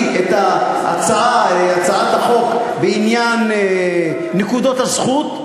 את הצעת החוק בעניין נקודות הזכות,